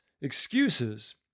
excuses